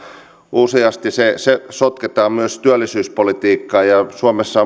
useasti se se sotketaan myös työllisyyspolitiikkaan suomessa